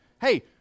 hey